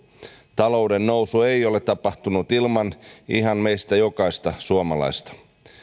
talouden nousu ei ole tapahtunut ilman ihan meistä jokaista suomalaista